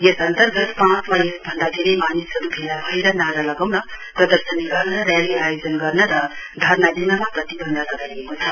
यस अन्तर्गत पाँच वा यसभान्दा धेरै मानिसहरू भेला भएर नारा लगाउन प्रदर्शनी गर्न र्याली आयोजना गर्न र धर्ना दिनमा प्रतिवन्ध लगाइएको छ